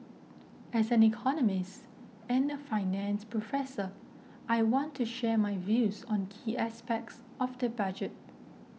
as an economist and a finance professor I want to share my views on key aspects of the budget